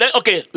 okay